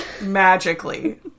magically